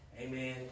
Amen